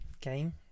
game